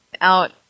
out